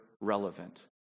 relevant